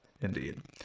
Indeed